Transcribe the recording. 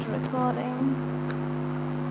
recording